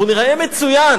אנחנו ניראה מצוין.